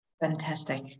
Fantastic